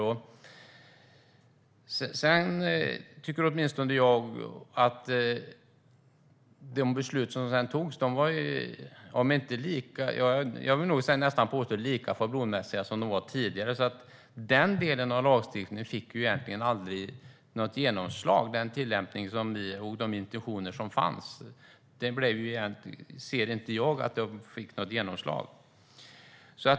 Jag vill påstå att de beslut som sedan togs var nästan lika schablonmässiga som de var tidigare, så den delen av lagstiftningen fick egentligen aldrig något genomslag. Jag ser inte att de intentioner som fanns fick något genomslag.